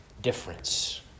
difference